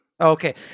Okay